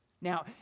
Now